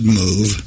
move